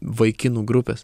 vaikinų grupės